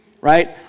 right